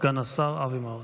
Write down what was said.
סגן השר אבי מעוז.